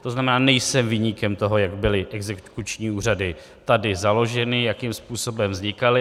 To znamená, nejsem viníkem toho, jak byly exekuční úřady tady založeny, jakým způsobem vznikaly.